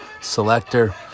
Selector